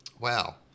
Wow